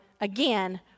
again